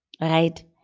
right